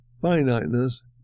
finiteness